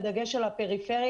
בדגש על הפריפריה,